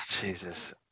Jesus